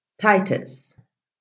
Titus